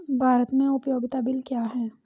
भारत में उपयोगिता बिल क्या हैं?